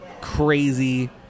crazy